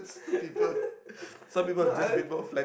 no I